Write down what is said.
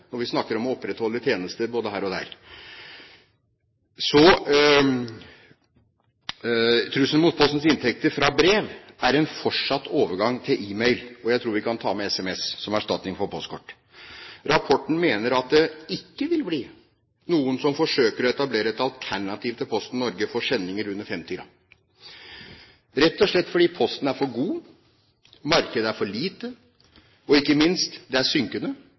når vi snakker om å opprettholde tjenester både her og der – fra brev er en fortsatt overgang til e-mail, og jeg tror vi kan ta med SMS som erstatning for postkort. Rapporten mener det ikke vil bli noen som forsøker å etablere et alternativ til Posten Norge for sendinger under 50 gram, rett og slett fordi Posten er for god, markedet er for lite, og synkende, og, ikke minst, fortjenesten er